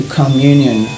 communion